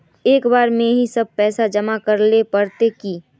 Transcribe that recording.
एक बार में ही सब पैसा जमा करले पड़ते की?